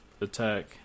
attack